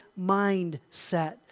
mindset